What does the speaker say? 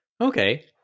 Okay